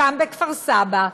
גם בכפר סבא.